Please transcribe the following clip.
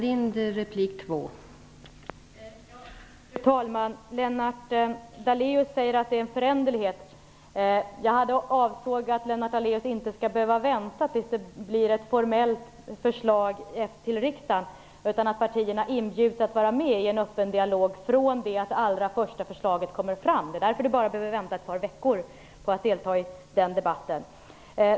Fru talman! Lennart Daléus talade om föränderlighet. Jag avsåg att Lennart Daléus inte skulle behöva vänta tills det läggs fram ett formellt förslag till riksdagen. Partierna inbjuds i stället att vara med i en öppen dialog från det att det första förslaget läggs fram. Det är därför som Lennart Daléus bara behöver vänta ett par veckor på att delta i den debatten.